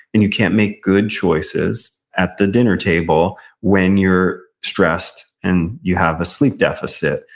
and you can't make good choices at the dinner table when you're stressed, and you have a sleep deficit.